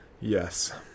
Yes